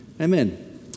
Amen